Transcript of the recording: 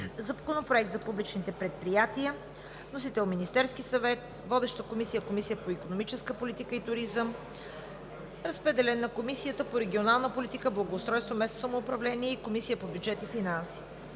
Законопроект за публичните предприятия с вносител Министерският съвет. Водеща комисия е Комисията по икономическа политика и туризъм. Разпределен е на Комисията по регионална политика, благоустройство и местно самоуправление и Комисията по бюджет и финанси.